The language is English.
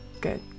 good